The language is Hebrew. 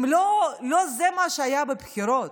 לא, לא זה מה שהיה בבחירות.